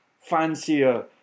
fancier